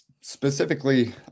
specifically